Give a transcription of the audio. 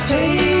Hey